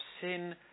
sin